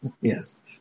Yes